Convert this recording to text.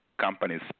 companies